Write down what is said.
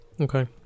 Okay